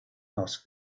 asked